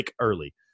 early